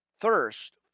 thirst